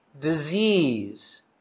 disease